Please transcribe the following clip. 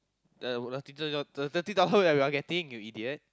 the uh thirty dollar the thirty dollar that we are we are getting you idiot